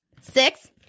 Six